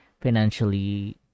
financially